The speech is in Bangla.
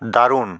দারুণ